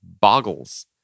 boggles